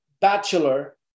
bachelor